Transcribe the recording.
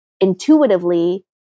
intuitively